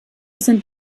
sind